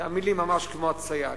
תאמין לי, ממש כמו הצייד: